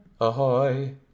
ahoy